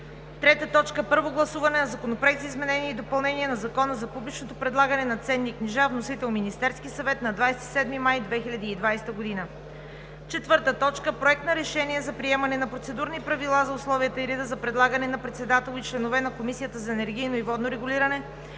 2020 г. 3. Първо гласуване на Законопроекта за изменение и допълнение на Закона за публичното предлагане на ценни книжа. Вносител – Министерският съвет, 27 май 2020 г. 4. Проект на решение за приемане на Процедурни правила за условията и реда за предлагане на председател и членове на Комисията за енергийно и водно регулиране,